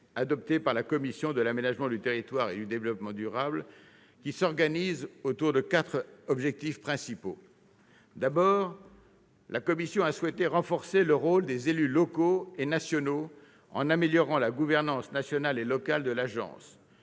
adopté par la commission de l'aménagement du territoire et du développement durable, qui s'organise autour de quatre objectifs principaux. Premièrement, la commission a souhaité renforcer le rôle des élus locaux et nationaux, en améliorant la gouvernance nationale et locale de l'agence.